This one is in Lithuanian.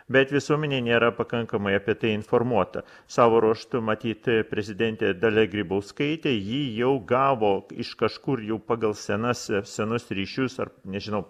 bet visuomenė nėra pakankamai apie tai informuota savo ruožtu matyt prezidentė dalia grybauskaitė jį jau gavo iš kažkur jau pagal senas senus ryšius ar nežinau